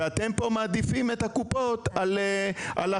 ואתם פה מעדיפים את הקופות על אחרים.